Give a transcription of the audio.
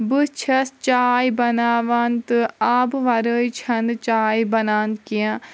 بہٕ چھس چاے بناوان تہٕ آبہٕ ورٲے چھنہٕ چاے بنان کینٛہہ